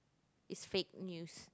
it's fake news